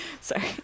sorry